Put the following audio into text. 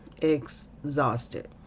exhausted